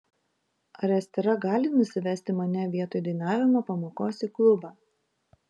ar estera gali nusivesti mane vietoj dainavimo pamokos į klubą